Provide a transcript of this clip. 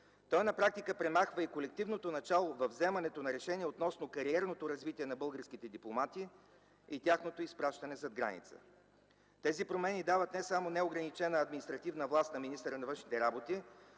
Той на практика премахва и колективното начало във вземането на решения относно кариерното развитие на българските дипломати и тяхното изпращане зад граница. Тези промени дават не само неограничена административна власт на министъра на външните работи,